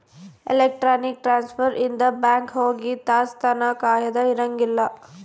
electronic transfer ಇಂದ bank ಹೋಗಿ ತಾಸ್ ತನ ಕಾಯದ ಇರಂಗಿಲ್ಲ